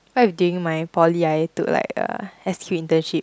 what if during my poly I took like a S_Q internship